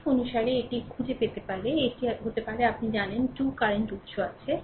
এটি অনুসারে এটি খুঁজে পেতে পারে এটি হতে পারে আপনি জানেন যে 2 কারেন্ট উত্স আছে